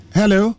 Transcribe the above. hello